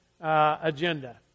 agenda